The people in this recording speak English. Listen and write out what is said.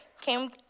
came